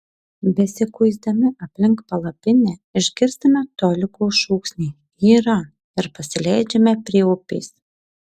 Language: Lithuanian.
besikuisdami aplink palapinę išgirstame toliko šūksnį yra ir pasileidžiame prie upės